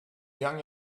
young